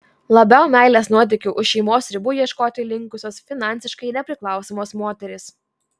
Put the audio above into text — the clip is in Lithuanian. labiau meilės nuotykių už šeimos ribų ieškoti linkusios finansiškai nepriklausomos moterys